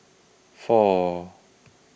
four